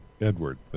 Edward